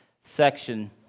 section